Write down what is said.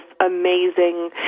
amazing